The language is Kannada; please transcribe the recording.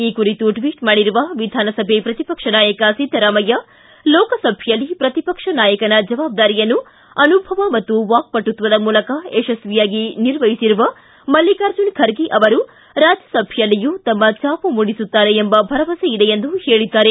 ಈ ಕುರಿತು ಟ್ವಿಚ್ ಮಾಡಿರುವ ವಿಧಾನಸಭೆ ಪ್ರತಿಪಕ್ಷ ನಾಯಕ ಸಿದ್ದರಾಮಯ್ಕ ಲೋಕಸಭೆಯಲ್ಲಿ ಪ್ರತಿಪಕ್ಷ ನಾಯಕನ ಜವಾಬ್ದಾರಿಯನ್ನು ಅನುಭವ ಮತ್ತು ವಾಕ್ಷಟುಶ್ವದ ಮೂಲಕ ಯಶಸ್ವಿಯಾಗಿ ನಿರ್ವಹಿಸಿರುವ ಮಲ್ಲಿಕಾರ್ಜುನ ಖರ್ಗೆ ಅವರು ರಾಜ್ಯಸಭೆಯಲ್ಲಿಯೂ ತಮ್ಮ ಛಾಪು ಮೂಡಿಸುತ್ತಾರೆ ಎಂಬ ಭರವಸೆ ಇದೆ ಎಂದು ಹೇಳಿದ್ದಾರೆ